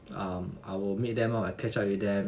um I will meet them up or catch up with them